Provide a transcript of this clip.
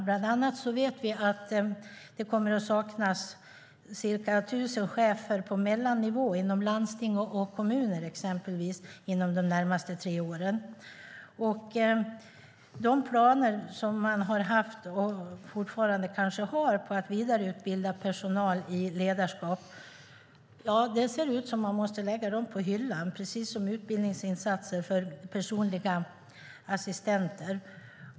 Bland annat vet vi att det kommer att saknas ca 1 000 chefer på mellannivå inom landsting och kommuner inom de närmaste tre åren. Det ser ut som om man måste lägga de planer som man har haft och fortfarande kanske har på att vidareutbilda personal i ledarskap på hyllan. Samma sak gäller utbildningsinsatser för personliga assistenter.